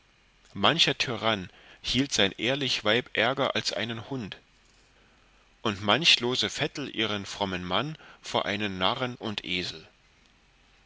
mancher tyrann hielt sein ehrlich weib ärger als einen hund und manche lose vettel ihren frommen mann vor einen narren und esel